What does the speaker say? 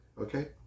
okay